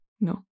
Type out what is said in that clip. No